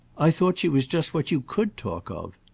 i thought she was just what you could talk of.